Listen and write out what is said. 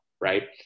Right